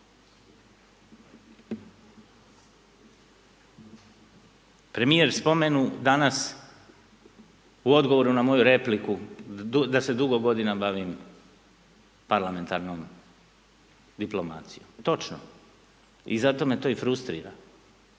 Premijer spomenu danas u odgovoru na moju repliku, da se dugo godina bavim parlamentarnom diplomacijom, točno i zato me to i frustrira,